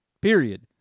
period